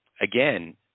again